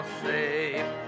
safe